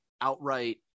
outright